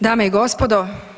Dame i gospodo.